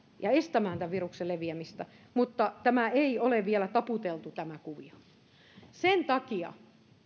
ja estämään tämän viruksen leviämistä mutta tämä kuvio ei ole vielä taputeltu sen takia